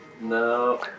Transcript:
No